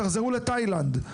תחזרו לתאילנד.